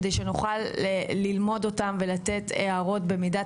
כדי שנוכל ללמוד אותם ולתת הערות במידת